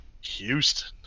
Houston